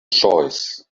choice